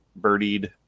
birdied